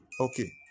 Okay